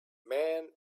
man